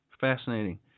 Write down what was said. Fascinating